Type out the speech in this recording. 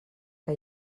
que